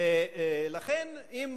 ולכן, אם